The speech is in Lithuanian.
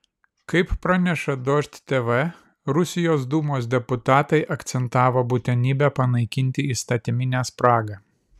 kaip praneša dožd tv rusijos dūmos deputatai akcentavo būtinybę panaikinti įstatyminę spragą